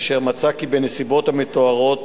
אשר מצא כי בנסיבות המתוארות